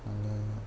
आरो